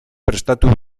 prestatu